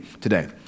today